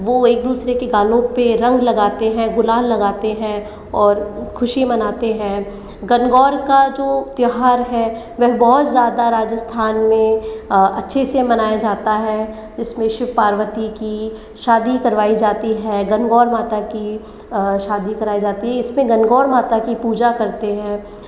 वो एक दूसरे के गालो पर रंग लगाते हैं गुलाल लगाते हैं और खुशी मनाते हैं गनगौर का जो त्योहार है वह बहुत ज़्यादा राजस्थान में अच्छे से मनाया जाता है इसमें शिव पार्वती की शादी करवाई जाती है गणगौर माता की शादी कराई जाती है इसमें गणगौर माता की पूजा करते हैं